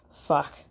fuck